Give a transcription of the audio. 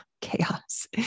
chaos